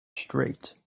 straight